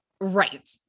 right